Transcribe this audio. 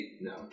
no